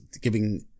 giving